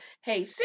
hey